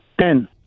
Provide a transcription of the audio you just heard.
Ten